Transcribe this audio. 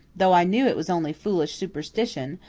though i knew it was only foolish superstition,